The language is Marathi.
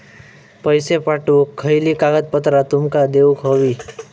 पैशे पाठवुक खयली कागदपत्रा तुमका देऊक व्हयी?